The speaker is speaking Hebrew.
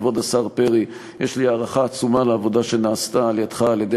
כבוד השר פרי: יש לי הערכה עצומה לעבודה שנעשתה על-ידך ועל-ידי